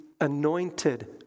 anointed